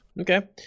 Okay